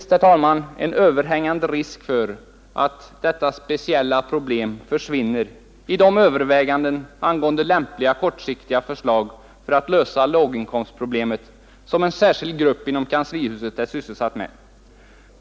Det är en överhängande risk att detta speciella problem försvinner i de överväganden angående lämpliga kortsiktiga förslag för att lösa låginkomstproblemet som en särskild grupp inom kanslihuset är sysselsatt med.